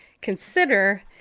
consider